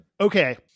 Okay